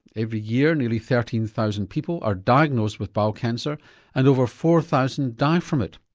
every year, nearly thirteen thousand people are diagnosed with bowel cancer and over four thousand die from it.